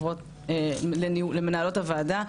תודה למנהלות הוועדה,